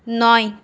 নয়